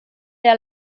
der